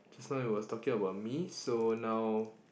just now it was talking about me so now